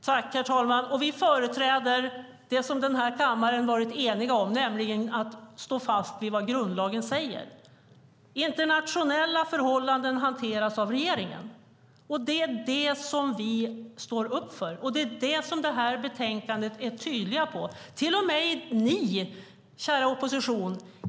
Herr talman! Vi företräder det som man i den här kammaren har varit enig om, nämligen att vi ska stå fast vid det som grundlagen säger. Internationella förhållanden hanteras av regeringen. Det är det som vi står upp för, och det är det som det här betänkandet är tydligt med. Det gäller till och med er, kära opposition.